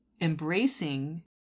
embracing